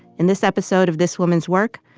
in this episode of this woman's work,